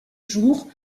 jour